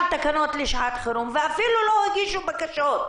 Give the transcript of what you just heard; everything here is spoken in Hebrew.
תקנות לשעת חירום ואפילו לא הגישו בקשות,